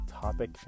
topic